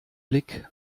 blick